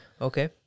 Okay